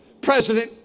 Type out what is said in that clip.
President